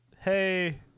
Hey